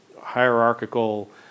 hierarchical